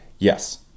Yes